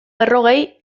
berrogei